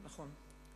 נכון.